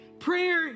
Prayer